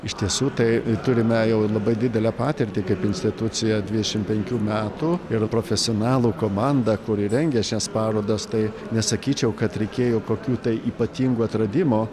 iš tiesų tai turime jau labai didelę patirtį kaip institucija dvidešim penkių metų ir profesionalų komanda kuri rengia šias parodas tai nesakyčiau kad reikėjo kokių tai ypatingų atradimų